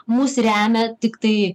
mus remia tiktai